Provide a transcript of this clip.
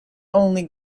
only